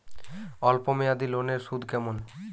অল্প মেয়াদি লোনের সুদ কেমন?